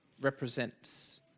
represents